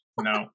no